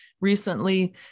recently